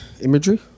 Imagery